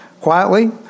quietly